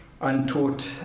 untaught